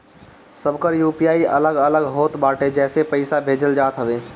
सबकर यू.पी.आई अलग अलग होत बाटे जेसे पईसा भेजल जात हवे